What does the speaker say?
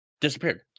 disappeared